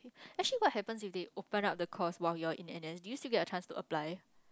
actually what happens if they open up the course while you are in N_S do you still get a chance to apply